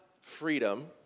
freedom